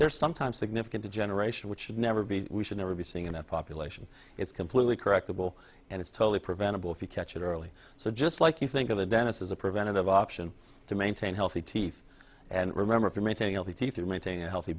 there sometimes significant a generation which should never be we should never be seeing in that population it's completely correctable and it's totally preventable if you catch it early so just like you think of the dentist as a preventative option to maintain healthy teeth and remember from eating healthy teeth you maintain a healthy